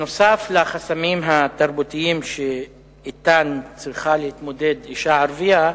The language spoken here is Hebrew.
נוסף על החסמים התרבותיים שאתם צריכה להתמודד אשה ערבייה,